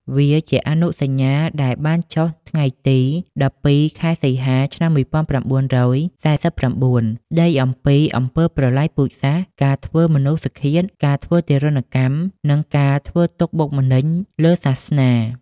វាជាអនុសញ្ញាដែលបានចុះថ្ងៃទី១២ ខែសីហា ឆ្នាំ១៩៤៩ ស្ដីអំពីអំពើប្រល័យពូជសាសន៍ ការធ្វើមនុស្សឃាត ការធ្វើទារុណកម្ម និងការធ្វើទុក្ខបុកម្នេញលើសាសនា។